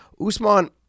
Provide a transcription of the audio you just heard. Usman